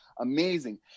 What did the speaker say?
Amazing